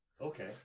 Okay